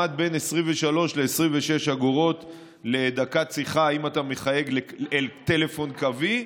המחיר עמד על בין 23 ל-26 אגורות לדקת שיחה אם אתה מחייג אל טלפון קווי,